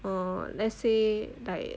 oh let's say like